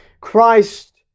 Christ